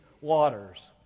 waters